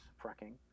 fracking